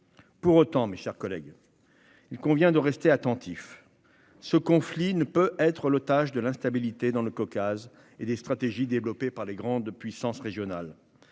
Pour autant, il convient de rester attentif. Ce conflit ne peut être l'otage de l'instabilité dans le Caucase et des stratégies développées par les grandes puissances régionales.